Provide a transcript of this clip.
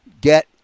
get